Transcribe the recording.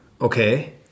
Okay